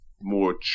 more